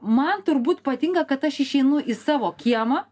man turbūt patinka kad aš išeinu į savo kiemą